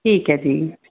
ਠੀਕ ਹੈ ਜੀ